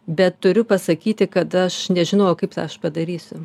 bet turiu pasakyti kad aš nežinojau kaip tą aš padarysiu